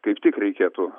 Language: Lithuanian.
kaip tik reikėtų